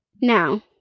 Now